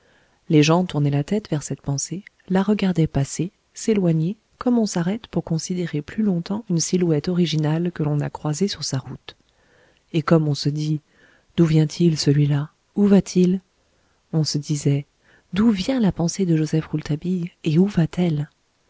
les gens tournaient la tête vers cette pensée la regardaient passer s'éloigner comme on s'arrête pour considérer plus longtemps une silhouette originale que l'on a croisée sur sa route et comme on se dit d'où vient-il celui-là où va-t-il on se disait d'où vient la pensée de joseph rouletabille et